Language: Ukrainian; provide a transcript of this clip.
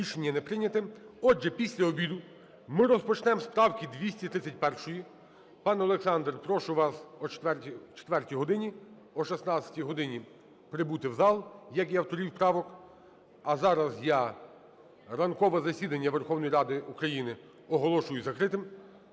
Рішення не прийнято. Отже, після обіду ми розпочнемо з правки 231. Пан Олександр, прошу вас о четвертій годині, о 16-й годині, прибути в зал, як і авторів правок. А зараз я ранкове засідання Верховної Ради України оголошую закритим.